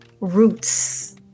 roots